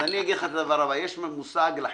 אז אני אגיד לך את הדבר הבא: יש מושג לחי"רניקים,